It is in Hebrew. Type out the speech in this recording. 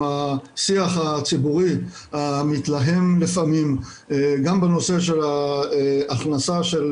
השיח הציבורי המתלהם לפעמים גם בנושא של ההכנסה של